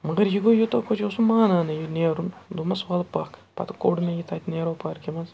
مگر یہِ گوٚو یوٗتاہ خۄش یہِ اوس نہٕ مانانٕے یہِ نیرُن دوٚپمَس وَلہٕ پَکھ پَتہٕ کوٚڑ مےٚ یہِ تَتہِ نہرو پارکہِ منٛز